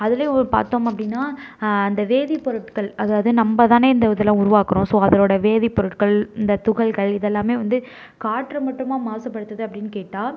அதில் ஒரு பார்த்தோம் அப்படின்னா அந்த வேதிப்பொருட்கள் அதாவது நம்பதானே இந்த இதல்லாம் உருவாக்குகிறோம் ஸோ அதோடய வேதிப்பொருட்கள் இந்த துகள்கள் இதெல்லாமே வந்து காற்று மட்டுமா மாசுபடுத்துது அப்படின்னு கேட்டால்